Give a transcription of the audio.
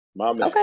Okay